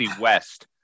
West